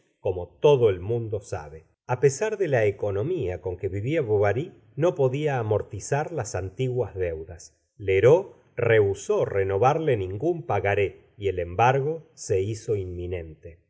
como todo el mundo sabe a pesar de la economía con que vivía bovary no podía amortizar las antiguas deudas lheureux rehusó renovarle ningún pagaré y el embargo se hizo inminente